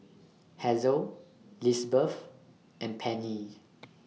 Hazle Lizbeth and Penni